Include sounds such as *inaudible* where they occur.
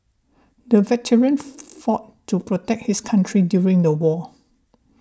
the veteran *noise* fought to protect his country during the war